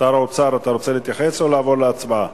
שר האוצר, אתה רוצה להתייחס או לעבור להצבעה?